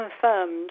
confirmed